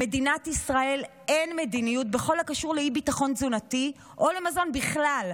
למדינת ישראל אין מדיניות בכל הקשור לאי-ביטחון תזונתי או למזון בכלל,